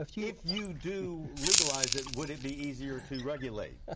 if yeah if you do legalize it, would it be easier to regulate?